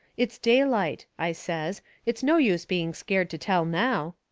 it's daylight, i says it's no use being scared to tell now.